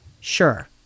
Sure